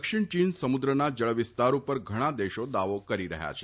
દક્ષિણ ચીન સમુદ્રના જળવિસ્તાર પર ઘણા દેશો દાવો કરી રહ્યા છે